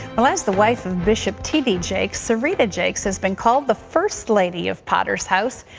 well, as the wife of bishop td jakes, serita jakes has been called the first lady of potter's house.